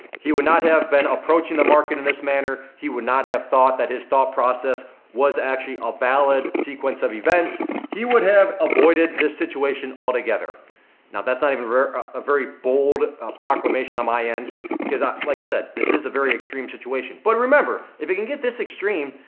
he would not have been approaching the market in this manner. he would not have thought that his thought process was actually a valid sequence of events. he would have avoided this situation all together. now that's not even a very bold proclamation on my end because like i said, this is a very extreme situation. but remember, if it can get this extreme,